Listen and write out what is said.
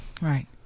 right